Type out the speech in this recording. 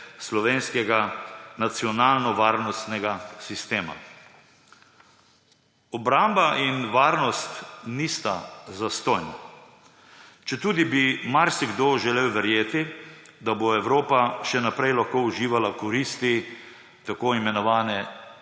slovenskega nacionalnovarnostnega sistema. Obramba in varnost nista zastonj. Četudi bi marsikdo želel verjeti, da bo Evropa še naprej lahko uživala v koristi tako imenovane